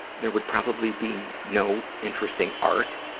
there would probably be no interesting art,